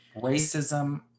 racism